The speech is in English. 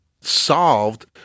solved